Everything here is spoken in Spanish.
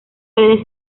redes